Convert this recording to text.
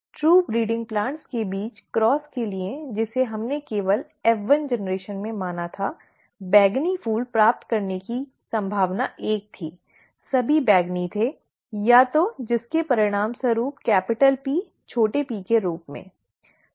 true breeding plants के बीच cross के लिए जिसे हमने केवल F1generation में माना था बैंगनी फूल प्राप्त करने की संभावना एक थी सभी बैंगनी थे या तो जिसके परिणामस्वरूप कैपिटल P छोटे p के रूप में ठीक है